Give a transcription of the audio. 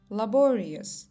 laborious